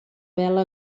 vela